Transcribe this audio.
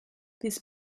this